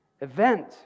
event